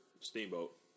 Steamboat